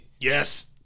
Yes